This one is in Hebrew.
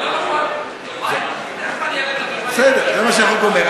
זה לא נכון, בסדר, זה מה שהחוק אומר.